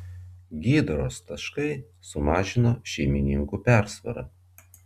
gydros taškai sumažino šeimininkų persvarą